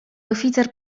oficer